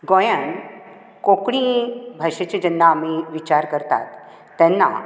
गोंयांत कोंकणी भाशेचे जेन्ना आमी विचार करतात तेन्ना